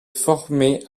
formé